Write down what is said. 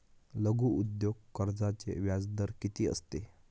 लघु उद्योग कर्जाचे व्याजदर किती असते?